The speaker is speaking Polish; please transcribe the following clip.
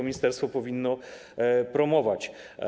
Ministerstwo powinno to promować.